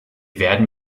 werden